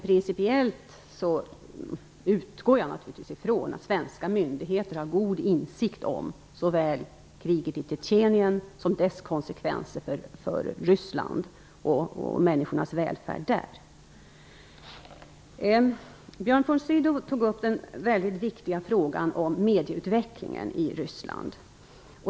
Principiellt utgår jag naturligtvis ifrån att svenska myndigheter har god insikt om såväl kriget i Tjetjenien som dess konsekvenser för Ryssland och människornas välfärd där. Björn von Sydow tog upp den väldigt viktiga frågan om medieutvecklingen i Ryssland.